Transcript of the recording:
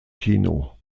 kino